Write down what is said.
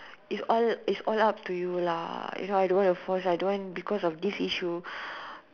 it's all it's all up to you lah you know I don't want to force I don't want because of this issue